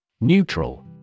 Neutral